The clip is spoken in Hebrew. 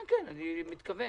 כן - זו כוונתי.